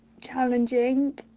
challenging